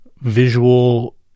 visual